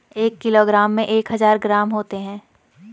एक किलोग्राम में एक हजार ग्राम होते हैं